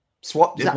Swap